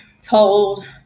told